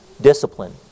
discipline